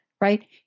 right